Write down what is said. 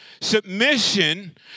Submission